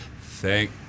thank